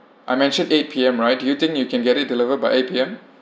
I mentioned eight P_M right do you think you can get it delivered by eight P_M